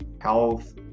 health